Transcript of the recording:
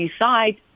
decide